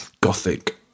gothic